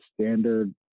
standard